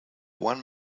one